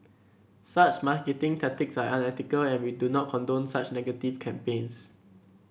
such marketing tactics are unethical and we do not condone such negative campaigns